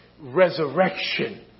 resurrection